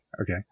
Okay